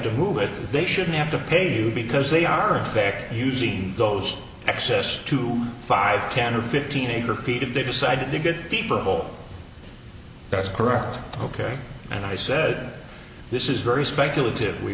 to move it they shouldn't have to pay you because they are they're using those excess to five ten or fifteen acre feet if they decide to get deeper hole that's correct ok and i said this is very speculative we